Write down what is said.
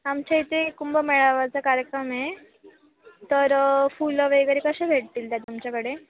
आमच्या इथे कुंभमेळाव्याचा कार्यक्रम आहे तर फुलं वगैरे कसे भेटतील त्यात तुमच्याकडे